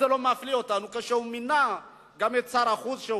זה לא מפליא אותנו שהוא מינה גם שר חוץ,